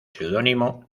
seudónimo